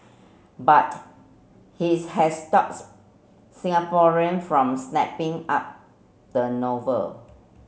but his has stops Singaporean from snapping up the novel